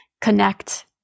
connect